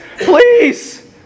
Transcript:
please